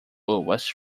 was